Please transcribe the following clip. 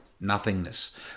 nothingness